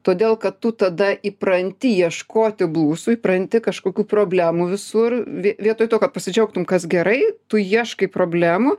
todėl kad tu tada įpranti ieškoti blusų įpranti kažkokių problemų visur vietoj to kad pasidžiaugtum kas gerai tu ieškai problemų